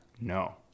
No